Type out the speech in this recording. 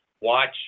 watch